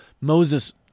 Moses